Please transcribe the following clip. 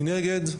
מי נגד?